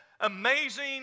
amazing